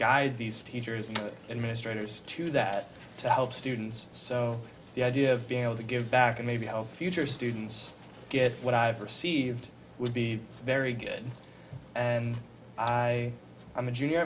guide these teachers and administrators to do that to help students so the idea of being able to give back and maybe help future students get what i've received would be very good and i i'm a junior